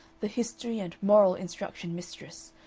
the history and moral instruction mistress,